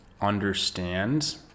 understand